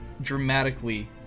dramatically